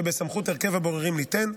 שבסמכות הרכב הבוררים ליתן.